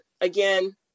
again